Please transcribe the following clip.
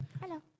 Hello